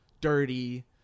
dirty